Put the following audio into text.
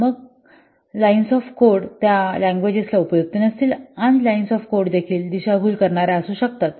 तर मग lines of code त्या लँग्वेजला उपयुक्त नसतील आणि लाईन्स ऑफ कोड देखील दिशाभूल करणार्या असू शकतात